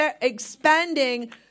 expanding